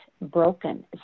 broken